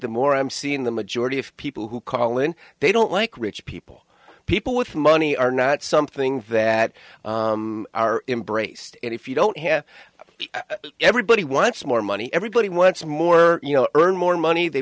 the more i'm seeing the majority of people who call in they don't like rich people people with money are not something that are embraced if you don't have everybody wants more money everybody wants more you know earn more money they